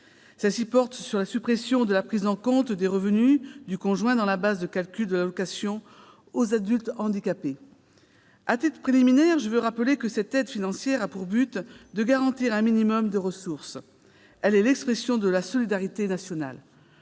Cohen, qui tend à la suppression de la prise en compte des revenus du conjoint dans la base de calcul de l'allocation aux adultes handicapés. À titre préliminaire, je veux rappeler que cette aide financière a pour but de garantir un minimum de ressources. Elle est l'expression de la solidarité nationale.